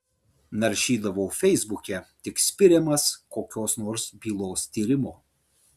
naršydavau feisbuke tik spiriamas kokios nors bylos tyrimo